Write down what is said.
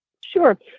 Sure